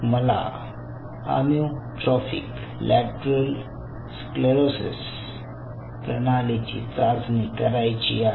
मला amyotrophic lateral sclerosis प्रणालीची चाचणी करायची आहे